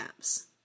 Apps